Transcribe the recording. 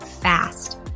fast